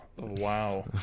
wow